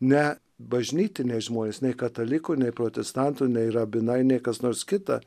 ne bažnytiniai žmonės nei katalikų nei protestantų nei rabinai nei kas nors kita